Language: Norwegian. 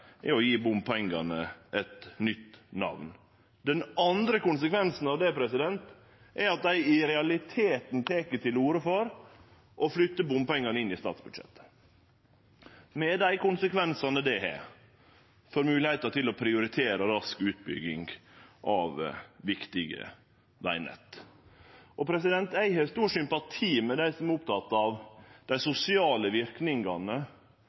er å gje bompengane eit nytt namn. Den andre konsekvensen av det er at dei i realiteten tek til orde for å flytte bompengane inn i statsbudsjettet – med dei konsekvensane det har for moglegheita til å prioritere rask utbygging av viktige vegnett. Eg har stor sympati med dei som er opptekne av dei